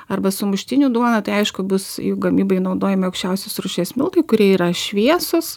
arba sumuštinių duona tai aišku bus jų gamyboj naudojami aukščiausios rūšies miltai kurie yra šviesūs